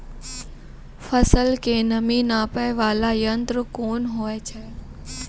फसल के नमी नापैय वाला यंत्र कोन होय छै